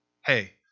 Hey